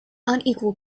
unequal